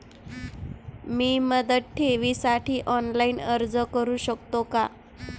मी मुदत ठेवीसाठी ऑनलाइन अर्ज करू शकतो का?